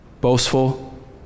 boastful